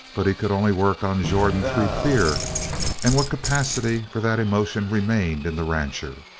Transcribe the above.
but he could only work on jordan through fear and what capacity for that emotion remained in the rancher.